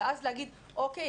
ואז להגיד: אוקי,